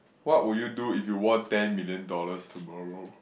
what would you do if you won ten million dollars tomorrow